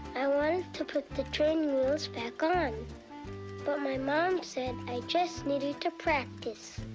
i wanted to put the training wheels back on. but my mom said i just needed to practice,